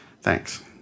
Thanks